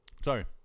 sorry